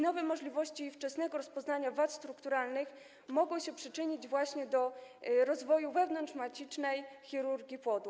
Nowe możliwości wczesnego rozpoznania warstw strukturalnych mogą się przyczynić właśnie do rozwoju wewnątrzmacicznej chirurgii płodu.